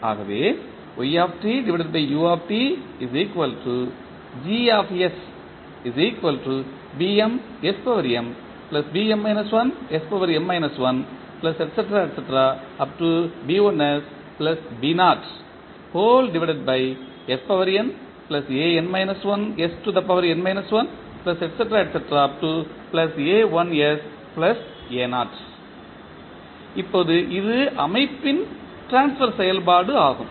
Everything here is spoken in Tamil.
ஆகவே இப்போது இது அமைப்பின் ட்ரான்ஸ்பர் செயல்பாடு ஆகும்